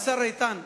השר איתן,